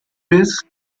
pease